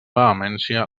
vehemència